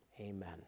amen